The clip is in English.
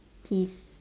he's